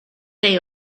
day